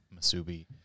Masubi